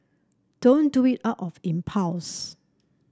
don't do it out of impulse